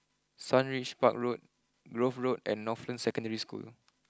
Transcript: Sundridge Park Road Grove Road and Northland Secondary School